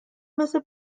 مثل